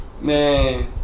man